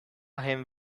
him